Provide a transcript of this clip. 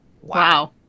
wow